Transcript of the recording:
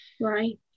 Right